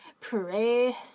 Pray